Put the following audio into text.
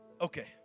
Okay